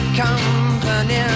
company